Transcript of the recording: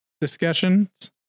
discussions